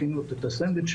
מכינות את הסנדביצ'ים,